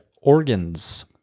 organs